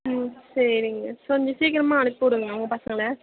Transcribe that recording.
ம் சரிங்க கொஞ்சம் சீக்கிரமாக அனுப்பிவிடுங்க உங்கள் பசங்களை